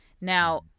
Now